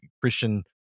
Christian